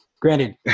Granted